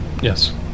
yes